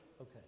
Okay